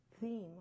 theme